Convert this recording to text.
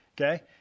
Okay